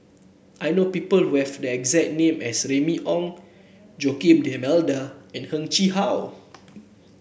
I know people who have the exact name as Remy Ong Joaquim D'Almeida and Heng Chee How